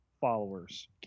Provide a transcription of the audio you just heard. followers